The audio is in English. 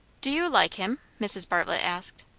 do you like him? mrs. bartlett asked.